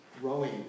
growing